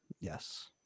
yes